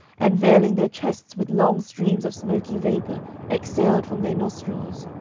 and veiling their chests with long streams of smoky vapour exhaled from their nostrils.